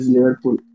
Liverpool